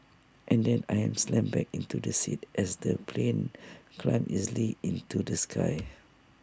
and then I am slammed back into the seat as the plane climbs easily into the sky